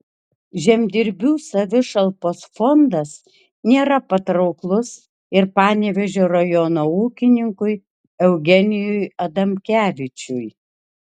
žemdirbių savišalpos fondas nėra patrauklus ir panevėžio rajono ūkininkui eugenijui adamkevičiui